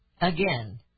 Again